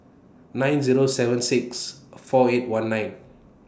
nine Zero seven six four eight one nine